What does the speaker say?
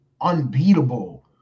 unbeatable